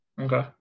Okay